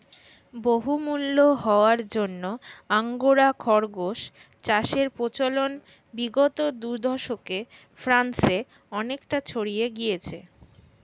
বহুমূল্য হওয়ার জন্য আঙ্গোরা খরগোশ চাষের প্রচলন বিগত দু দশকে ফ্রান্সে অনেকটা ছড়িয়ে গিয়েছে